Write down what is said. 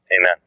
amen